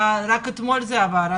רק אתמול זה עבר.